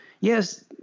Yes